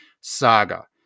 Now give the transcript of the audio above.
saga